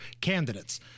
candidates